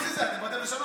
חוץ מזה, אתם באתם לשנות.